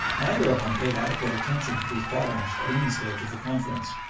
neither of them paid adequate attention to these problems at any stage of the conference.